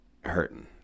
hurting